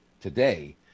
today